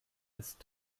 ist